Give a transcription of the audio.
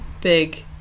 big